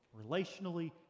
relationally